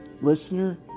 listener